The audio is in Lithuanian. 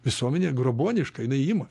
visuomenė grobuoniška jinai ima